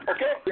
Okay